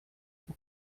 que